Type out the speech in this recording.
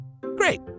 Great